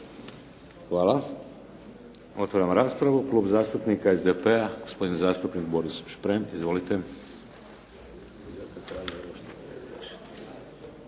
Hvala. Otvaram raspravu. Klub zastupnika SDP-a gospodin zastupnik Boris Šprem. Izvolite.